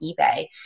eBay